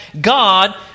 God